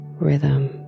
rhythm